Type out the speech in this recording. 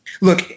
look